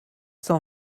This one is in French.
cent